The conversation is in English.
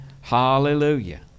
hallelujah